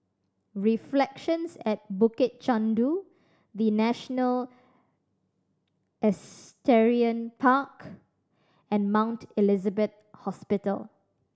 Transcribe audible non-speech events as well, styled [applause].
Reflections at Bukit Chandu The National [unintelligible] Park and Mount Elizabeth Hospital